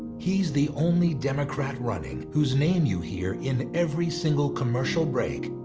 he's the only democrat running whose name you hear in every single commercial break,